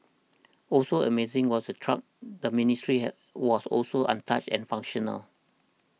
also amazing was the truck the Ministry had was also untouched and functional